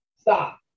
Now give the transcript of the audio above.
Stop